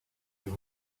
your